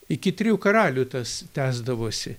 iki trijų karalių tas tęsdavosi